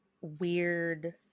weird